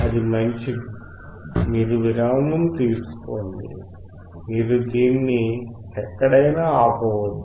అది మంచిది మీరు విరామం తీసుకోండి మీరు దీన్ని ఎక్కడైనా ఆపవచ్చు